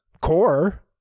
core